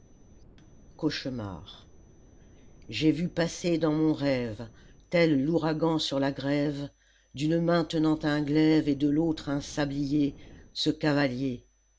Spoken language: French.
cauchemar j'ai vu passer dans mon rêve tel l'ouragan sur la grève d'une main tenant un glaive et de l'autre un sablier ce cavalier